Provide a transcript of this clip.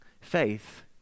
Faith